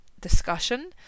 discussion